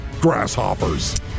grasshoppers